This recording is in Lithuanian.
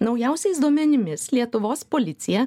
naujausiais duomenimis lietuvos policija